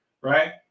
right